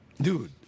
dude